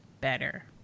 better